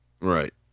Right